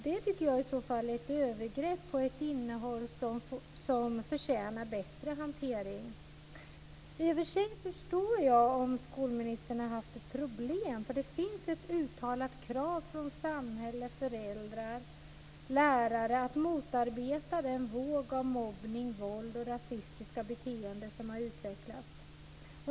Det tycker jag är ett övergrepp mot ett innehåll som förtjänat en bättre hantering. I och för sig förstår jag om skolministern har haft ett problem, för det finns ett uttalat krav från samhälle, föräldrar och lärare på att man ska motarbeta den våg av mobbning, våld och rasistiska beteenden som har utvecklats.